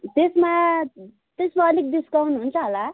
त्यसमा त्यसमा अलिक डिस्काउन्ट हुन्छ होला